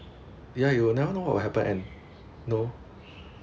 ya you will never know what will happen and know